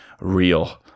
real